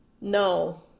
no